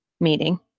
meeting